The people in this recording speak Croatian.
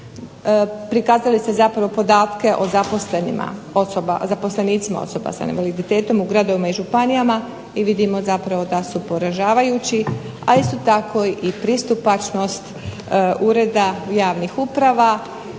prikazali ste zapravo podatke o zaposlenicima osoba sa invaliditetom u gradovima i županijama i vidimo zapravo da su poražavajući, a isto tako pristupačnost Ureda javnih uprava